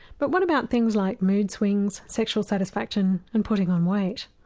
but what about things like mood swings, sexual satisfaction and putting on weight?